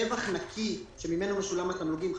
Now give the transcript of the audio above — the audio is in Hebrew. רווח נקי שממנו משולמים התמלוגים,